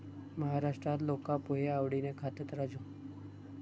महाराष्ट्रात लोका पोहे आवडीन खातत, राजू